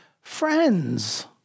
friends